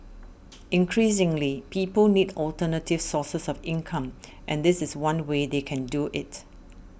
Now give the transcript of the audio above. increasingly people need alternative sources of income and this is one way they can do it